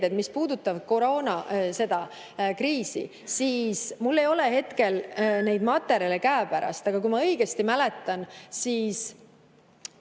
mis puudutavad koroonakriisi. Mul ei ole hetkel neid materjale käepärast, aga kui ma õigesti mäletan, siis